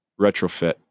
retrofit